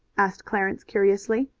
asked clarence curiously.